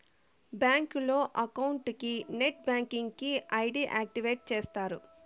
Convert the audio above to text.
బ్యాంకులో అకౌంట్ కి net banking కి ఐ.డి యాక్టివేషన్ చేస్తారు